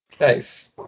Nice